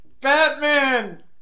Batman